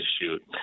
shoot